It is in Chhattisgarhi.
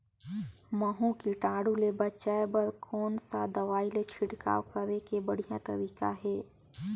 महू कीटाणु ले बचाय बर कोन सा दवाई के छिड़काव करे के बढ़िया तरीका हे?